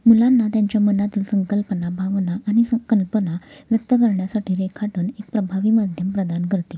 मुलांना त्यांच्या मनातील संकल्पना भावना आणि कल्पना व्यक्त करण्यासाठी रेखाटून एक प्रभावी माध्यम प्रदान करते